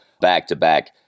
back-to-back